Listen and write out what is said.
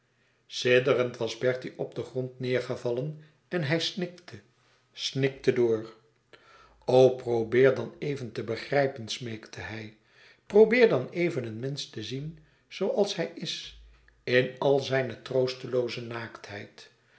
sidderend was bertie op den grond neêrgevallen en hij snikte snikte door o probéer dan even te begrijpen smeekte hij probeer dan even een mensch te zien zooals hij is in al zijne troostelooze